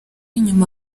inyuma